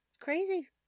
Crazy